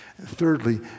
Thirdly